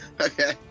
okay